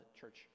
church